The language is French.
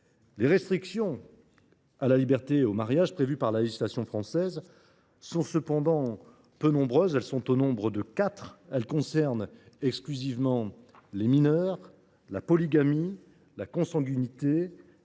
Les restrictions à la liberté du mariage prévues par la législation française sont cependant peu nombreuses : elles sont quatre et concernent exclusivement les mineurs, la polygamie, la consanguinité